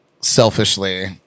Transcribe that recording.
selfishly